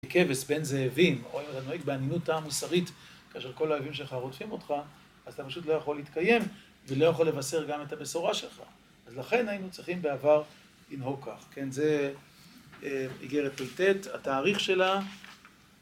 כבש בין זהבים או אם אתה נוהג באנינות טעם המוסרית כאשר כל האהבים שלך רודפים אותך אז אתה פשוט לא יכול להתקיים ולא יכול לבשר גם את הבשורה שלך ולכן היינו צריכים בעבר לנהוג כך, כן, זה איגרת פליטט, התאריך שלה